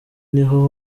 niho